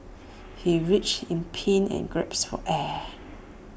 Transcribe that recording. he writhed in pain and gasped for air